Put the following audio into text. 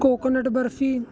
coconut barfi